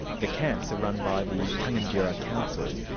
the camps are run by the tangentyere ah council.